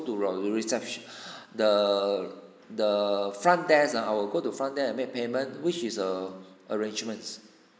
to your reception the the front desk ah I will go to front desk and make payment which is a arrangements